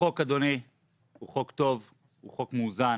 החוק הוא חוק טוב, הוא חוק מאוזן.